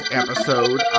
episode